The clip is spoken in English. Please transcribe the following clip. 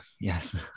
Yes